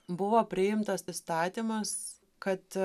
buvo priimtas įstatymas kad